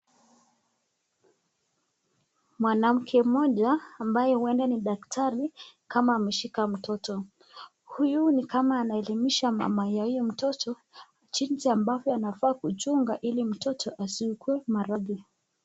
Mwanamke mmoja ambaye huenda ni daktari ni kama ameshika mtoto. Huyu ni kama anaelimisha mama ya huyu mtoto jinsi ambavyo anafaa kuchunga ili mtoto asiugue maradhi.